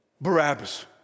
Barabbas